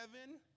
heaven